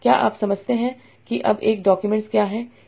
क्या आप समझते हैं कि अब एक डॉक्यूमेंट्स क्या है